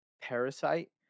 parasite